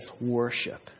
worship